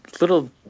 little